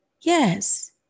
Yes